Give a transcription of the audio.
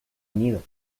unido